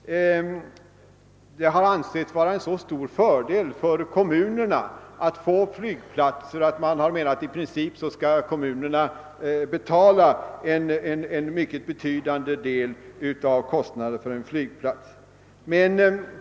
Det har ansetts vara en så stor fördel för en kommun att få en flygplats att kommunen i princip borde betala hela eller en betydande del av kostnaderna för flygplatsen.